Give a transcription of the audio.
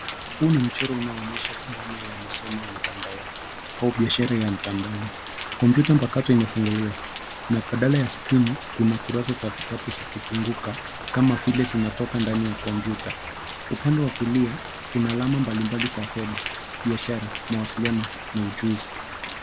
Huu ni mchoro unaoonyesha dhana ya masomo mtandaoni au biashara ya mtandaoni. Kompyuta na badala ya skrini kuna kurasa za vutabu vikifunguka kama vile vinatoka ndani ya kompyuta. Upande wa kulia kuna alama mbalimbali za fedha, biashara, mawasiliano na uchuzi.